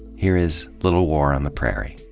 here is little war on the prairie.